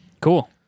Cool